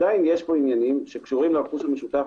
עדיין יש פה עניינים שקשורים לרכוש המשותף